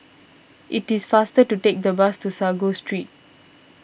it is faster to take the bus to Sago Street